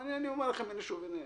אומר לכם: אם תבואו אליי